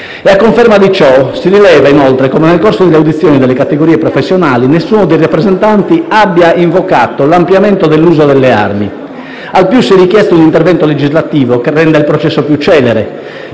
A conferma di ciò si rileva, inoltre, come nel corso delle audizioni delle categorie professionali nessuno dei rappresentanti abbia invocato l'ampliamento dell'uso delle armi; al più si è richiesto un intervento legislativo che renda il processo più celere